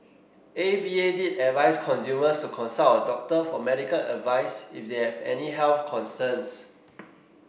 A V A did advice consumers to consult a doctor for medical advice if they have any health concerns